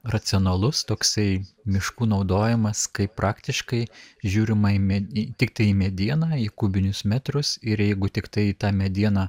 racionalus toksai miškų naudojimas kaip praktiškai žiūrima į med tiktai medieną į kubinius metrus ir jeigu tiktai ta mediena